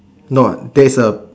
no ah there's a